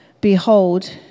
Behold